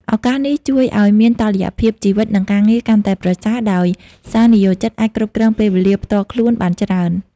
ឱកាសនេះជួយឱ្យមាន តុល្យភាពជីវិត និងការងារ កាន់តែប្រសើរ ដោយសារនិយោជិតអាចគ្រប់គ្រងពេលវេលាផ្ទាល់ខ្លួនបានច្រើន។